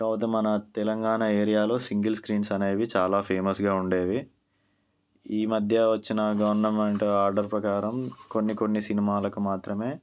తర్వాత మన తెలంగాణ ఏరియాలో సింగిల్ స్క్రీన్స్ అనేవి చాలా ఫేమస్గా ఉండేవి ఈమధ్య వచ్చిన గవర్నమెంట్ ఆర్డర్ ప్రకారం కొన్ని కొన్ని సినిమాలకు మాత్రమే